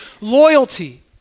loyalty